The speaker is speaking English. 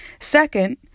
Second